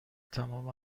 تمام